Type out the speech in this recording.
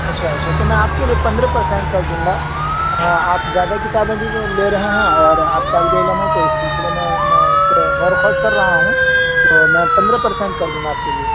اچھا اچھا تو میں آپ کے لیے پندرہ پر سینٹ کر دوں گا آپ زیادہ کتابیں بھی تو لے رہے ہیں اور آپ طالب علم ہیں تو اس سلسلے میں میں اس پہ غور و خوض کر رہا ہوں تو میں پندرہ پر سینٹ کر دوں گا آپ کے لیے